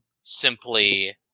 simply